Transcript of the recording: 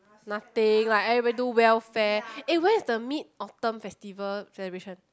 nothing like everybody do welfare eh where is the Mid-Autumn Festival celebration